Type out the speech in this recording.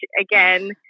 again